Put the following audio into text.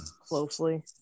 closely